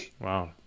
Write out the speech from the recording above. Wow